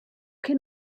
che